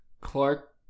Clark